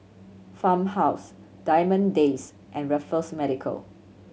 Farmhouse Diamond Days and Raffles Medical